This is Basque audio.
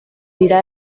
dira